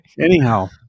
anyhow